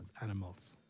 animals